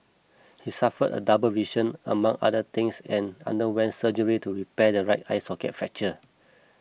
he suffered a double vision among other things and underwent surgery to repair the right eye socket fracture